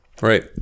Right